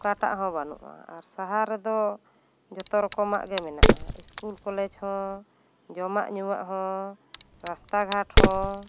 ᱚᱠᱟᱴᱟᱜ ᱜᱮ ᱵᱟᱹᱱᱩᱜᱼᱟ ᱟᱨ ᱥᱟᱦᱟᱨ ᱨᱮ ᱫᱚ ᱡᱚᱛᱚ ᱨᱚᱠᱚᱢᱟᱜ ᱜᱤ ᱢᱮᱱᱟᱜᱼᱟ ᱤᱥᱠᱩᱞ ᱠᱚᱞᱮᱡᱽ ᱦᱚᱸ ᱡᱚᱢᱟᱜ ᱧᱩᱣᱟᱜ ᱦᱚᱸ ᱨᱟᱥᱛᱟ ᱜᱷᱟᱴ ᱦᱚᱸ